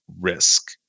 risk